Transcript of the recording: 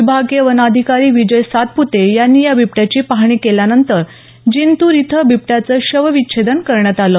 विभागीय वनाधिकारी विजय सातप्ते यांनी या बिबट्याची पाहणी केल्यानंतर जिंतूर इथं बिबट्याचं शवविच्छेदन करण्यात आलं